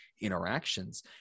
interactions